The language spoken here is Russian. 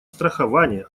страхование